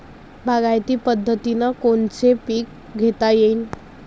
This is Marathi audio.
बागायती पद्धतीनं कोनचे पीक घेता येईन?